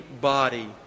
body